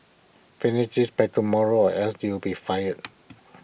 finish this by tomorrow or else you'll be fired